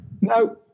No